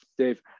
Dave